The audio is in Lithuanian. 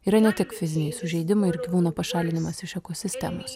yra ne tik fiziniai sužeidimai ir gyvūno pašalinimas iš ekosistemos